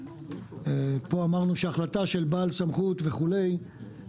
פה אמרנו שהחלטה של בעל סמכות וכו',